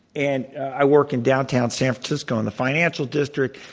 and i work in downtown san francisco in the financial district.